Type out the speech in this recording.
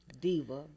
Diva